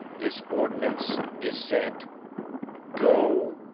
this ordinance is said go,